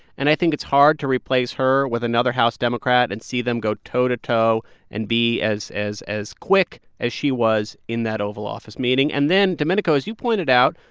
and i think it's hard to replace her with another house democrat and see them go toe-to-toe and be as as quick as she was in that oval office meeting. and then, domenico, as you pointed out,